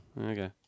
okay